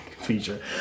feature